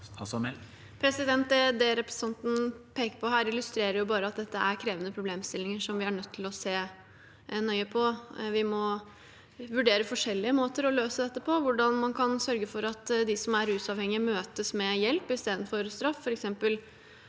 Det representan- ten peker på her, illustrerer bare at dette er krevende problemstillinger vi er nødt til å se nøye på. Vi må vurdere forskjellige måter å løse dette på, hvordan man kan sørge for at de som er rusavhengige, møtes med hjelp istedenfor straff.